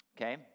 Okay